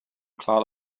cloud